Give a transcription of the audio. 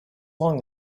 long